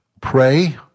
Pray